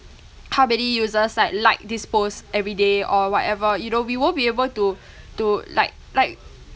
how many users like like this post every day or whatever you know we won't be able to to like like